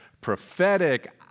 prophetic